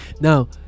now